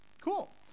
Cool